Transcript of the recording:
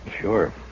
sure